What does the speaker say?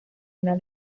una